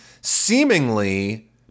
seemingly